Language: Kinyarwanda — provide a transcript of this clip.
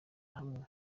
hamwe